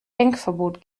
denkverbot